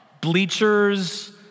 Bleachers